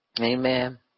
amen